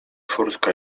furtka